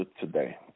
today